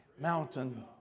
mountain